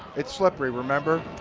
it's slippery, remember.